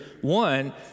One